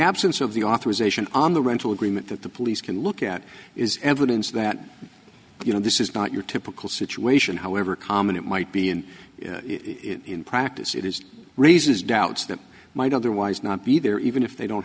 absence of the authorization on the rental agreement that the police can look at is evidence that you know this is not your typical situation however common it might be and in practice it is reasons doubts that might otherwise not be there even if they don't